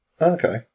Okay